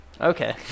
Okay